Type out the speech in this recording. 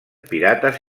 pirates